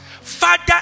father